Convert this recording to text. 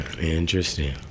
interesting